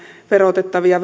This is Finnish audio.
verotettavia